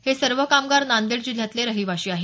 हे सर्व कामगार नांदेड जिल्ह्यातले रहिवाशी आहेत